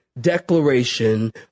declaration